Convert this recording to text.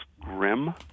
grim